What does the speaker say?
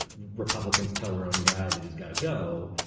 ah republicans tell their own guy that he's got to go.